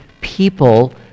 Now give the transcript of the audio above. people